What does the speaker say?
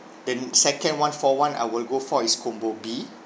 then second one-for-one I will go for is combo B